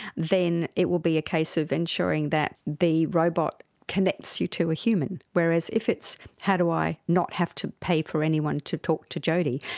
then it will be a case of ensuring that the robot connects you to a human. whereas if it's how do i not have to pay for anyone to talk to jodi?